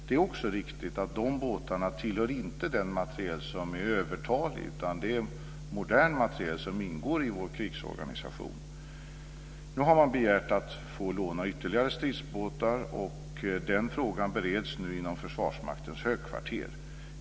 Det är också riktigt att de båtarna inte tillhör den materiel som är övertalig, utan det är modern materiel som ingår i vår krigsorganisation. Nu har man begärt att få låna ytterligare stridsbåtar, och den frågan bereds nu inom Försvarsmaktens högkvarter.